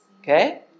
Okay